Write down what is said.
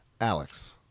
Alex